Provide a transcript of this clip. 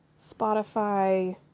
Spotify